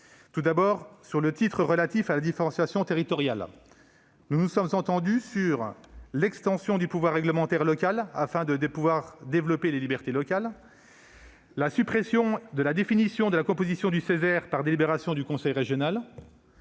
groupes. Sur le titre relatif à la différenciation territoriale, nous nous sommes entendus sur l'extension du pouvoir réglementaire local, afin de développer les libertés locales, sur la suppression de la définition de la composition du Ceser par délibération du conseil régional